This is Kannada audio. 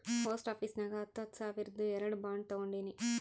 ಪೋಸ್ಟ್ ಆಫೀಸ್ ನಾಗ್ ಹತ್ತ ಹತ್ತ ಸಾವಿರ್ದು ಎರಡು ಬಾಂಡ್ ತೊಗೊಂಡೀನಿ